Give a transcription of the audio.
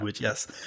yes